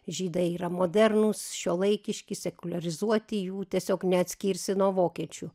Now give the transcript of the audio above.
žydai yra modernūs šiuolaikiški sekuliarizuoti jų tiesiog neatskirsi nuo vokiečių